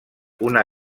una